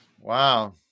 Wow